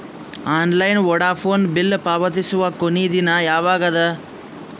Online Vodafone bill ಪಾವತಿಸುವ ಕೊನಿ ದಿನ ಯವಾಗ ಅದ?